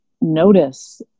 notice